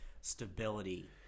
stability